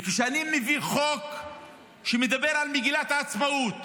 וכשאני מביא חוק שמדבר על מגילת העצמאות